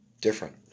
different